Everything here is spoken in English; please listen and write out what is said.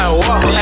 walk